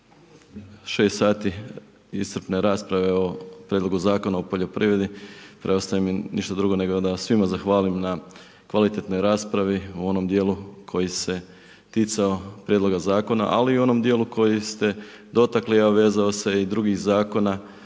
6 sati iscrpne rasprave o prijedlog Zakona o poljoprivredi, preostaje mi ništa drugo, nego da vam svima zahvalim na kvalitetnoj raspravi, u onom dijelu, koji se ticao prijedloga Zakona, ali i u onom dijelu, koji ste dotakli, a vezao se i drugih zakona,